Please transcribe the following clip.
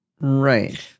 Right